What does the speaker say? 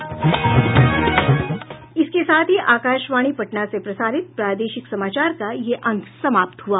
इसके साथ ही आकाशवाणी पटना से प्रसारित प्रादेशिक समाचार का ये अंक समाप्त हुआ